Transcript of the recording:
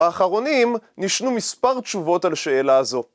האחרונים נשנו מספר תשובות על שאלה הזאת.